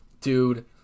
dude